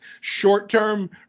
short-term